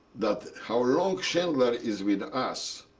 that how long schindler is with us,